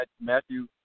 Matthew